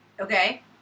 Okay